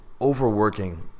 overworking